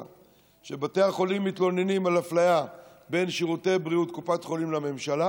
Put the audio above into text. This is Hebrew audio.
שבתי החולים מתלוננים על אפליה בין שירותי בריאות קופת חולים לממשלה,